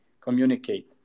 Communicate